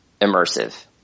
immersive